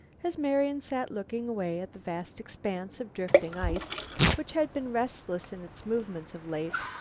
as marian sat looking away at the vast expanse of drifting ice which had been restless in its movements of late,